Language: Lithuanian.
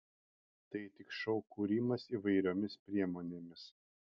tai tik šou kūrimas įvairiomis priemonėmis